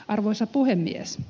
arvoisa puhemies